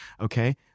Okay